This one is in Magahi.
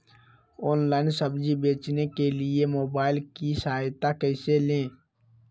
ऑनलाइन सब्जी बेचने के लिए मोबाईल की सहायता कैसे ले?